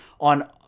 on